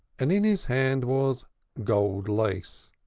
and in his hand was gold lace.